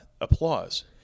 applause